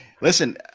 Listen